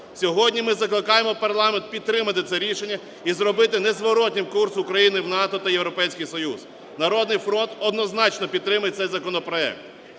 Сьогодні ми закликаємо парламент підтримати це рішення і зробити незворотнім курс України в НАТО та Європейський Союз. "Народний фронт" однозначно підтримує цей законопроект.